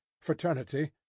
Fraternity